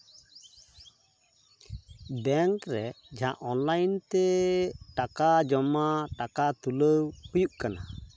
bank ᱨᱮ ᱡᱟᱦᱟᱸ online ᱛᱮ ᱴᱟᱠᱟ ᱡᱚᱢᱟ ᱴᱟᱠᱟ ᱛᱩᱞᱟᱹᱣ ᱦᱩᱭᱩᱜ ᱠᱟᱱᱟ